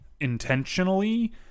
intentionally